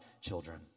children